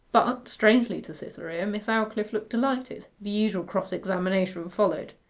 but, strangely to cytherea, miss aldclyffe looked delighted. the usual cross-examination followed.